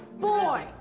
Boy